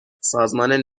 سازمان